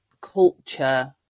culture